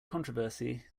controversy